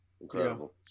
incredible